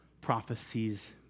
prophecies